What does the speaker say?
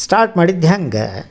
start ಮಾಡಿದ್ದು ಹೆಂಗೆ